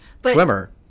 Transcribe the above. Swimmer